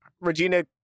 Regina